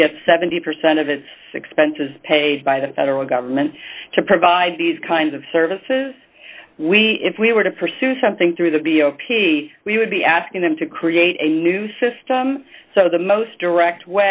c gets seventy percent of his expenses paid by the federal government to provide these kinds of services we if we were to pursue something through the b o p s we would be asking them to create a new system so the most direct